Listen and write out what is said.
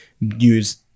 use